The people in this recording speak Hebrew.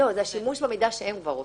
לא, זה השימוש במידע שהם כבר עושים,